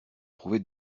trouvé